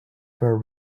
for